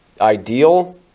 ideal